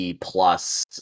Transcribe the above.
plus